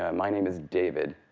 ah my name is david.